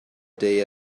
day